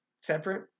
separate